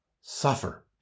suffer